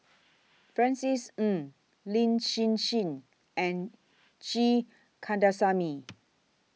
Francis Ng Lin Hsin Hsin and G Kandasamy